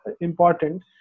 important